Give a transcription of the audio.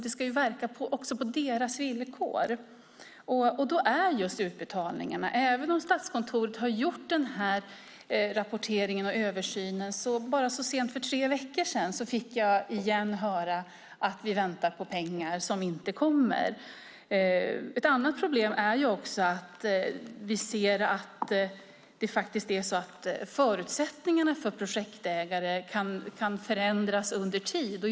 Det ska ju verka på deras villkor, och då är utbetalningarna viktiga. Även om Statskontoret gjort rapporteringen och översynen fick jag så sent som för tre veckor sedan åter höra att man väntar på pengar som inte kommit. Ett annat problem är att förutsättningarna för projektägare kan ändras under tiden.